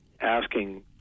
asking